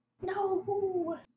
No